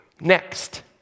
Next